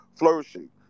flourishing